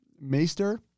Maester